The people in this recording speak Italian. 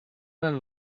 nel